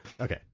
Okay